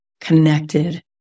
connected